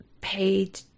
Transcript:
paid